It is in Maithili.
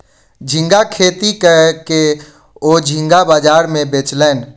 झींगा खेती कय के ओ झींगा बाजार में बेचलैन